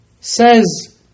says